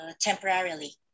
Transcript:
temporarily